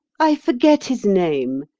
i forget his name.